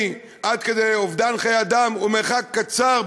עד כדי אובדן חיי אדם הוא מרחק קצר,